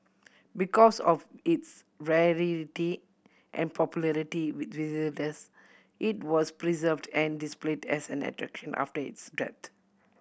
because of its rarity and popularity with visitors it was preserved and displayed as an attraction after its